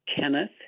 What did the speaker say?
Kenneth